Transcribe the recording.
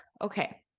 okay